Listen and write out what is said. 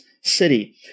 city